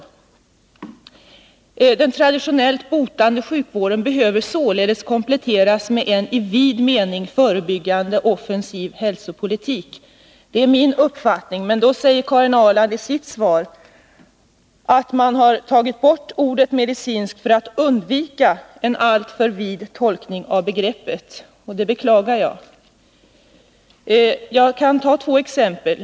Även den traditionellt botande sjukvården behöver således kompletteras med en i vid mening förebyggande och offensiv hälsopolitik. Det är min uppfattning, medan däremot Karin Ahrland i sitt svar säger, att man lagt till ordet ”medicinskt” för att undvika en alltför vid tolkning av begreppet. Det beklagar jag. Jag kan ta två exempel.